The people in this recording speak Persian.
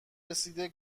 رسیده